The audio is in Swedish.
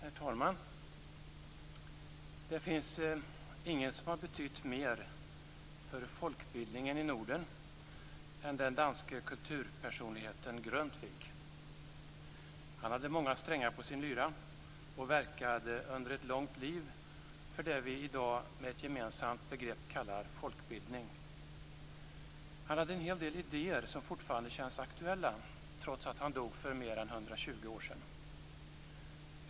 Herr talman! Det finns ingen person som betytt mer för folkbildningen i Norden än den danske kulturpersonligheten Grundtvig. Han hade många strängar på sin lyra och verkade under ett långt liv för det vi i dag med ett gemensamt begrepp kallar folkbildning. Han hade en hel del idéer som fortfarande känns aktuella, trots att han dog för mer än 120 år sedan.